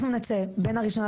אנחנו נצא בין הראשונה,